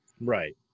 Right